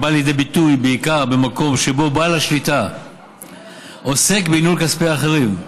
הבא לידי ביטוי בעיקר במקום שבו בעל שליטה עוסק בניהול כספי אחרים,